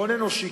הון אנושי.